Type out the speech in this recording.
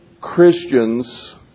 Christians